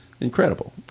Incredible